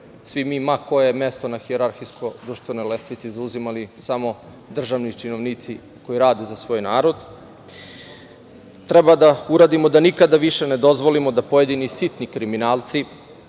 svi mi ma koje mesto na hijerarhijskoj društvenoj lestvici zauzimali samo državni činovnici koji rade za svoj narod, treba da uradimo da nikada više ne dozvolimo da pojedini sitni kriminalci